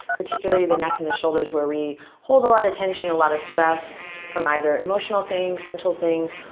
particularly the neck and the shoulders where we hold a lot of tension, a lot of stress from either emotional things, mental things,